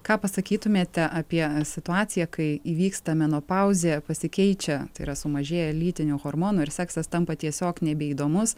ką pasakytumėte apie situaciją kai įvyksta menopauzė pasikeičia tai yra sumažėja lytinių hormonų ir seksas tampa tiesiog nebeįdomus